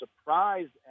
surprised